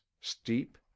steep